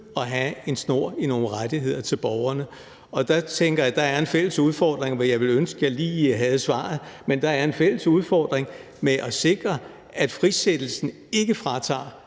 at have en snor i nogle rettigheder til borgerne. Der tænker jeg, at der er en fælles udfordring, og jeg ville ønske, at jeg lige havde svaret. Der er en fælles udfordring med at sikre, at frisættelsen ikke fratager